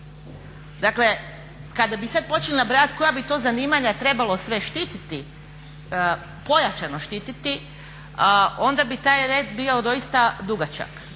Dakle, kada bi sad počeli nabrajati koja bi to zanimanja trebalo sve štititi, pojačano štititi onda bi taj red bio doista dugačak.